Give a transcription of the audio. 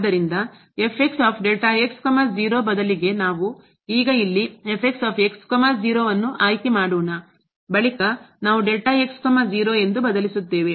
ಆದ್ದರಿಂದ ಬದಲಿಗೆ ನಾವು ಈಗ ಇಲ್ಲಿ ಆಯ್ಕೆ ಮಾಡೋಣ ಬಳಿಕ ನಾವು ಎಂದು ಬದಲಿಸುತ್ತೇವೆ